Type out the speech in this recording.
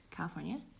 California